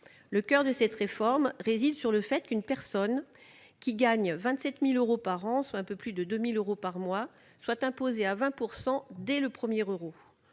le coeur de cette réforme ? Si elle entrait en vigueur, une personne qui gagne 27 000 euros par an, soit un peu plus 2 000 euros par mois, serait imposée à 20 % dès le premier euro.